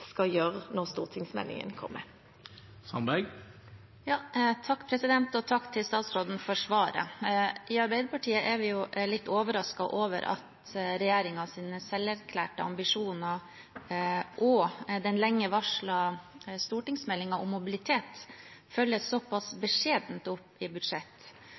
skal gjøre når stortingsmeldingen kommer. Takk til statsråden for svaret. I Arbeiderpartiet er vi litt overrasket over at regjeringens selverklærte ambisjoner og den lenge varslede stortingsmeldingen om mobilitet følges såpass beskjedent opp i budsjett.